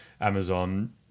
Amazon